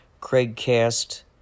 Craigcast